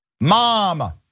Mom